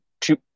two